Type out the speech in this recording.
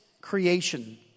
creation